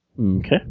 okay